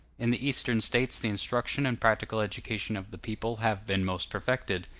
in the eastern states the instruction and practical education of the people have been most perfected,